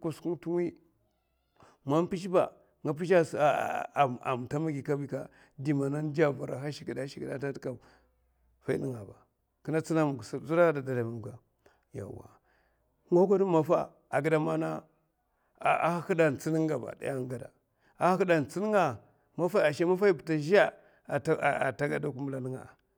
kosuk nga n'tè wiy, mpizhè ba anga m'pizhè antamagi kabi sa ngadè var n'dura bi. nga gèdè dayi mafa a hahud a tsina gaba daya a nga gada'a. ahh ashè maffay ba tazhè ata